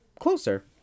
closer